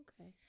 okay